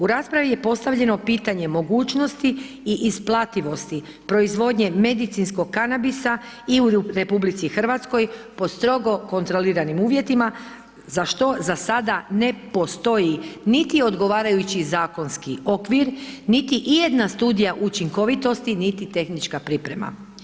U raspravi je postavljeno pitanje mogućnosti i isplativosti proizvodnje medicinskog kanabisa i u RH pod strogo kontroliranim uvjetima za što zasada ne postoji niti odgovarajući zakonski okvir niti ijedna studija učinkovitosti niti tehnička priprema.